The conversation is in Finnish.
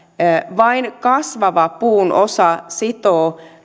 vain kasvava puun osa sitoo